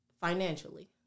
financially